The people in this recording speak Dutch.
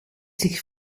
zich